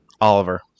Oliver